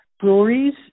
Breweries